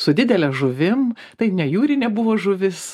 su didele žuvim tai ne jūrinė buvo žuvis